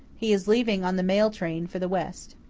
he is leaving on the mail train for the west.